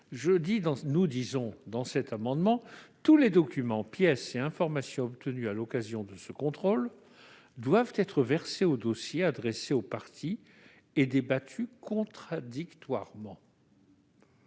Nous y demandons que tous les documents, pièces et informations obtenus à l'occasion de ce contrôle soient versés au dossier, adressés aux parties et débattus contradictoirement.